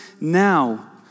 now